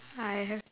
I have